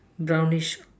brownish